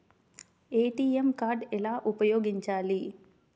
ATM card ఎలా ఉపయోగించాలి?